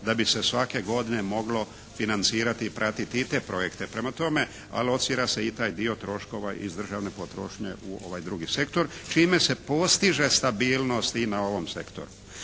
da bi se svake godine moglo financirati i pratiti i te projekte. Prema tome alocira se i taj dio troškova iz državne potrošnje u ovaj drugi sektor, čime se postiže stabilnost i na ovom sektoru.